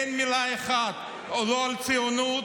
אין מילה אחת לא על ציונות,